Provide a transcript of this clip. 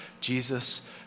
Jesus